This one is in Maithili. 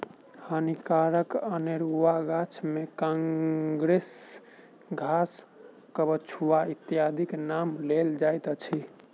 हानिकारक अनेरुआ गाछ मे काँग्रेस घास, कबछुआ इत्यादिक नाम लेल जाइत अछि